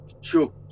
Sure